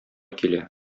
килә